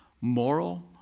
moral